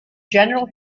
general